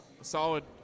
solid